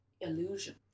illusion